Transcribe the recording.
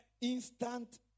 instant